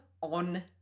on